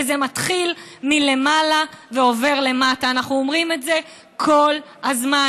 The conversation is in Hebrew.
וזה מתחיל מלמעלה ועובר למטה אנחנו אומרים את זה כל הזמן.